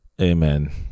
Amen